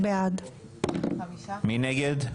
מי נגד?